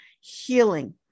healing